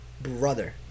brother